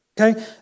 Okay